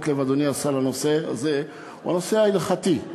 לב אדוני השר אליה היא הנושא ההלכתי.